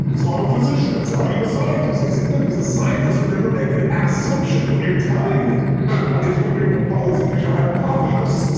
um a physician. i said, are you a scientist? i said, good, because a scientist would never make an assumption. what you're telling me is what you're proposing, is your hypothesis.